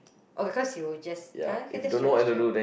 okay cause you will just uh okay that's true that's true